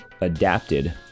adapted